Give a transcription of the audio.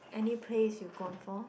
any plays you've gone for